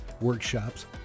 workshops